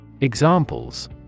Examples